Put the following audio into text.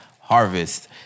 Harvest